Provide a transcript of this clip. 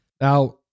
Now